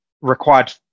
required